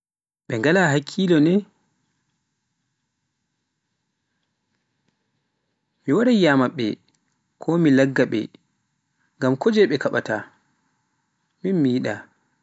Ɓe ngala hakkiilo ne, mi waraiyya maɓɓe ko mi laggaɓe ngam kojei ɓe kaɓata, min miyiɗa.